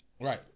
Right